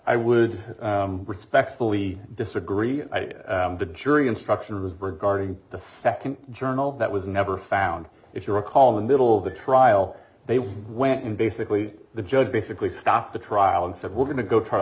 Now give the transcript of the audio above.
i would respectfully disagree the jury instruction was regarding the second journal that was never found if you recall the middle of the trial they went in basically the judge basically stopped the trial and said we're going to go try to